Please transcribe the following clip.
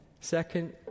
Second